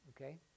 Okay